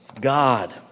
God